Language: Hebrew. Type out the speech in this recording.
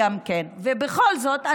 ובכל זאת,